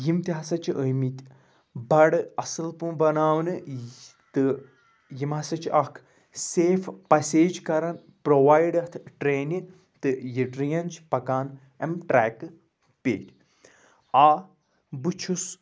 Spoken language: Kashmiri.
یِم تہِ ہَسا چھِ آمٕتۍ بَڑٕ اَصٕل پہٕ بَناونہٕ یہِ تہٕ یِم ہَسا چھِ اَکھ سیف پَسیج کَران پرٛووَایڈ یَتھ ٹرٛینہِ تہٕ یہِ ٹرٛین چھِ پَکان اَمہِ ٹرٛیکہٕ پیٚٹھۍ آ بہٕ چھُس